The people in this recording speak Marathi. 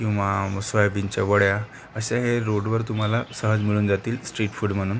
किंवा सोयाबीनच्या वड्या असे हे रोडवर तुम्हाला सहज मिळून जातील स्ट्रीट फूड म्हणून